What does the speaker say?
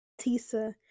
Tisa